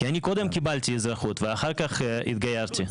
כי אני קודם קיבלתי אזרחות, ואחר-כך התגיירתי.